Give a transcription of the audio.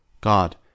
God